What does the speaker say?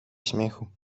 śmiechu